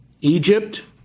Egypt